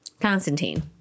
Constantine